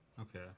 Okay